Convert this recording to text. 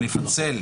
זה.